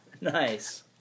Nice